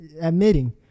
admitting